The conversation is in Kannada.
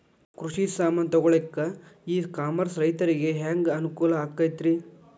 ಕೃಷಿ ಸಾಮಾನ್ ತಗೊಳಕ್ಕ ಇ ಕಾಮರ್ಸ್ ರೈತರಿಗೆ ಹ್ಯಾಂಗ್ ಅನುಕೂಲ ಆಕ್ಕೈತ್ರಿ?